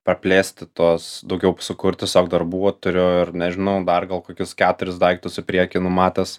praplėsti tuos daugiau sukurti tiesiog darbų turiu ir nežinau dar gal kokius keturis daiktus į priekį numatęs